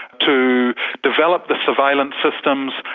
to develop the surveillance systems,